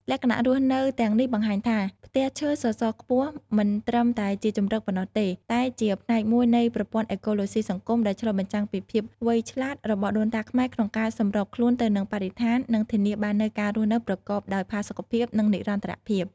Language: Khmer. លក្ខណៈរស់នៅទាំងនេះបង្ហាញថា ផ្ទះឈើសសរខ្ពស់មិនត្រឹមតែជាជម្រកប៉ុណ្ណោះទេ តែជាផ្នែកមួយនៃប្រព័ន្ធអេកូឡូស៊ីសង្គមដែលឆ្លុះបញ្ចាំងពីភាពវៃឆ្លាតរបស់ដូនតាខ្មែរក្នុងការសម្របខ្លួនទៅនឹងបរិស្ថាន និងធានាបាននូវការរស់នៅប្រកបដោយផាសុកភាព និងនិរន្តរភាព ។